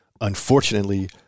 Unfortunately